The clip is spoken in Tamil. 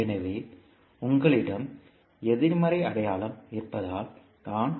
எனவே உங்களிடம் எதிர்மறை அடையாளம் இருப்பதால் தான்